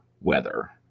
weather